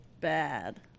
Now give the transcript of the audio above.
Bad